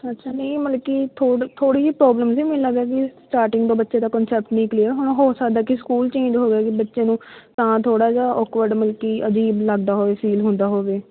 ਅੱਛਾ ਨਹੀਂ ਮਤਲਬ ਕਿ ਥੋੜ ਥੋੜ੍ਹੀ ਜਿਹੀ ਪ੍ਰੋਬਲਮ ਸੀ ਮੈਨੂੰ ਲੱਗਦਾ ਕਿ ਸਟਾਰਟਿੰਗ ਤੋਂ ਬੱਚੇ ਦਾ ਕਨਸੈਪਟ ਨਹੀਂ ਕਲੀਅਰ ਹੋਣਾ ਹੋ ਸਕਦਾ ਕਿ ਸਕੂਲ ਚੇਂਜ ਹੋ ਗਿਆ ਕਿ ਬੱਚੇ ਨੂੰ ਤਾਂ ਥੋੜ੍ਹਾ ਜਿਹਾ ਔਕਵਰਡ ਮਤਲਬ ਕਿ ਅਜੀਬ ਲੱਗਦਾ ਹੋਵੇ ਫੀਲ ਹੁੰਦਾ ਹੋਵੇ